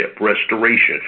restoration